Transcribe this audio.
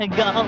go